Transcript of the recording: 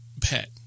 pet